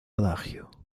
adagio